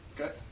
Okay